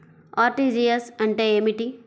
RTGS అంటే ఏమిటి?